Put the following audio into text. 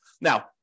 Now